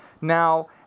Now